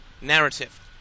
narrative